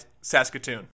Saskatoon